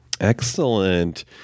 Excellent